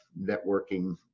networking